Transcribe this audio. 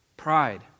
pride